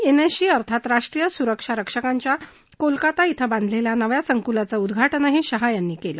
NSG अर्थात राष्ट्रीय सुरक्षा रक्षकांच्या कोलकाता ब्रिं बांधलेल्या नव्या संकुलाचं उद्घाटन शहा यांनी केलं